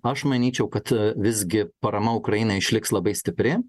aš manyčiau kad visgi parama ukrainai išliks labai stipri